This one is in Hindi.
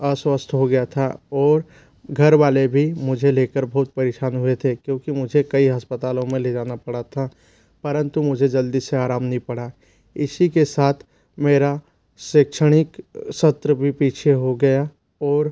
अस्वस्थ हो गया था और घर वाले भी मुझे लेकर बहुत परेशान हुए थे क्योंकि मुझे कई अस्पतालों में ले जाना पड़ा था परंतु मुझे जल्दी से आराम नहीं पड़ा इसके साथ मेरा शैक्षणिक सत्र भी पीछे हो गया और